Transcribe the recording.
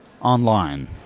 online